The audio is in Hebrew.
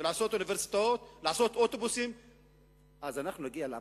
אוניברסיטאות ואוטובוסים נפרדים נגיע לאפרטהייד.